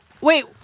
wait